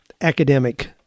academic